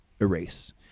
erase